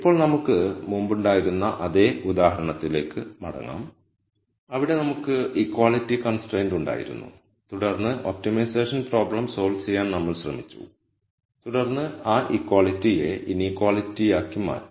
ഇപ്പോൾ നമുക്ക് മുമ്പുണ്ടായിരുന്ന അതേ ഉദാഹരണത്തിലേക്ക് മടങ്ങാം അവിടെ നമുക്ക് ഇക്വാളിറ്റി കൺസ്ട്രയിന്റ് ഉണ്ടായിരുന്നു തുടർന്ന് ഒപ്റ്റിമൈസേഷൻ പ്രോബ്ലം സോൾവ് ചെയ്യാൻ നമ്മൾ ശ്രമിച്ചു തുടർന്ന് ആ ഇക്വാളിറ്റിയെ ഇനീക്വാളിറ്റിയാക്കി മാറ്റുക